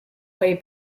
way